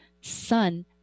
sun